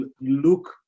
look